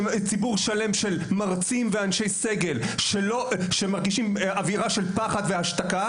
ציבור שלם של מרצים ואנשי סגל שמרגישים אווירה של פחד והשתקה.